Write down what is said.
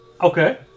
Okay